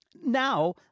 now